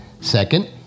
second